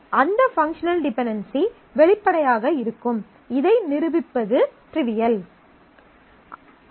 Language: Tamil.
அந்த பங்க்ஷனல் டிபென்டென்சி வெளிப்படையாக இருக்கும் இதை நிரூபிப்பது ட்ரிவியல்